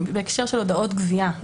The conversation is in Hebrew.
בהקשר של הודעות גבייה.